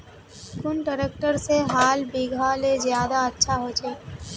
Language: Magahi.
कुन ट्रैक्टर से हाल बिगहा ले ज्यादा अच्छा होचए?